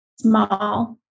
small